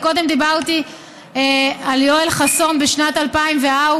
קודם דיברתי על יואל חסון בשנת 2004,